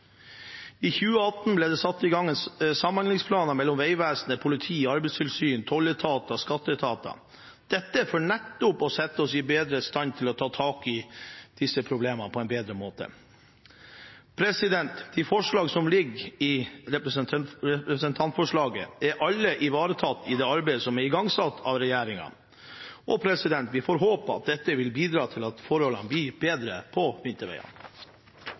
I 2018 ble det satt i gang samhandlingsplaner mellom Vegvesenet, politiet, Arbeidstilsynet, tolletaten og skatteetaten – nettopp for å sette oss bedre i stand til å ta tak i disse problemene på en bedre måte. De forslagene som ligger i representantforslagene, er alle ivaretatt i det arbeidet som er igangsatt av regjeringen. Vi får håpe at dette vil bidra til at forholdene blir bedre på vinterveiene.